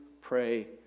pray